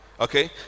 okay